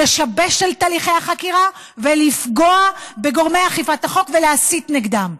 לשבש את הליכי החקירה ולפגוע בגורמי אכיפת החוק ולהסית נגדם,